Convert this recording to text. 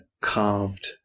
carved